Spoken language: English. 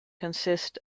consists